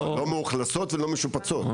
לא מאוכלסות ולא משופצות, הכול ביחד.